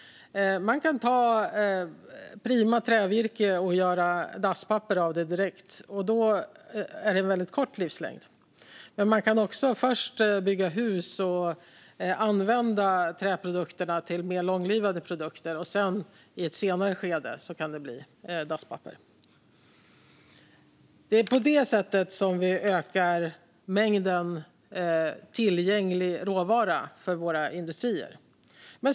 Man kan ta prima trävirke och göra dasspapper av det direkt. Då har det en väldigt kort livslängd. Men man kan också först bygga hus och använda träet till mer långlivade produkter innan det i ett senare skede blir dasspapper. På det sättet ökar vi mängden tillgänglig råvara för våra industrier.